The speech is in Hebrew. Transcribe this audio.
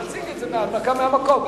תציג את זה הנמקה מהמקום.